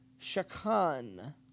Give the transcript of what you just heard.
shakan